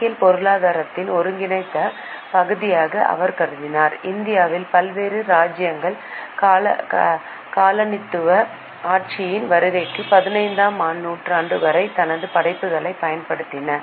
கணக்கியல் பொருளாதாரத்தின் ஒருங்கிணைந்த பகுதியாக அவர் கருதினார் இந்தியாவில் பல்வேறு ராஜ்யங்கள் காலனித்துவ ஆட்சியின் வருகைக்கு 15 ஆம் நூற்றாண்டு வரை தனது படைப்புகளைப் பயன்படுத்தின